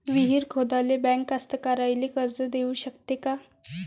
विहीर खोदाले बँक कास्तकाराइले कर्ज देऊ शकते का?